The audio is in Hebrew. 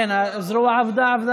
בבקשה.